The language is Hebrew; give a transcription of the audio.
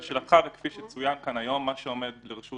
לשאלתך, וכפי שצוין כאן היום, מה שעומד לרשות